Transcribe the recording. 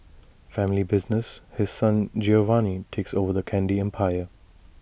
family business His Son Giovanni takes over the candy empire